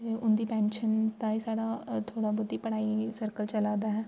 ते उं'दी पेंशन ताही साढ़ा थोह्ड़ी बहोती पढ़ाई दा सर्कल चला दा ऐ